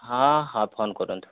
ହଁ ହଁ ଫୋନ୍ କରନ୍ତୁ